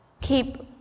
keep